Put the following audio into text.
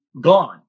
gone